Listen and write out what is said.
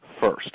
first